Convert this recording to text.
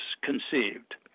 conceived